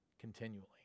continually